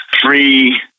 Three